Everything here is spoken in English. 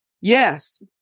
Yes